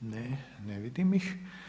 Ne, ne vidim ih.